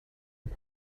and